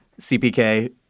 CPK